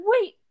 wait